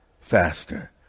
faster